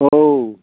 औ